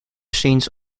scenes